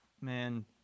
Man